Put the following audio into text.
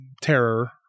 terror